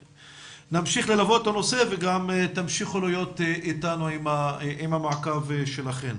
ונמשיך ללוות את הנושא וגם תמשיכו להיות איתנו עם המעקב שלכן.